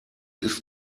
ist